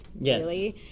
Yes